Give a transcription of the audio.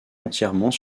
entièrement